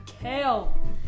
Kale